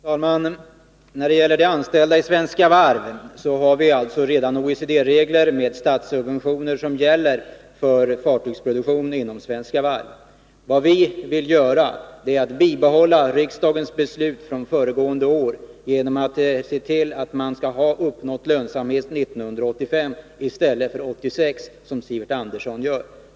Fru talman! När det gäller de anställda i Svenska Varv är det alltså redan OECD-regler med statssubventioner som gäller för fartygsproduktion inom Svenska Varv. Vad vi vill göra är att bibehålla riksdagens beslut från föregående år genom att se till att man har uppnått lönsamhet 1985 i stället för 1986, som Sivert Andersson räknar med.